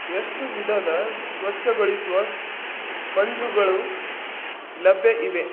ಎಷ್ಟು ವಿಧದ ಸ್ಪಚ್ಛಗೊಳಿಸುವ ಸ್ಪಂಜುಗಳು ಲಭ್ಯ ಇವೆ